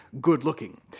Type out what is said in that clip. good-looking